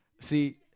see